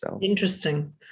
Interesting